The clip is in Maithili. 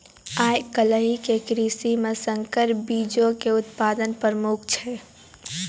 आइ काल्हि के कृषि मे संकर बीजो के उत्पादन प्रमुख छै